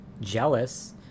jealous